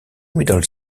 middle